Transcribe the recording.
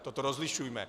Toto rozlišujme.